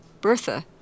Bertha